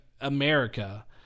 America